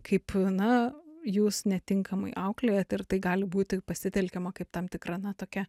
kaip na jūs netinkamai auklėjat ir tai gali būti pasitelkiama kaip tam tikra na tokia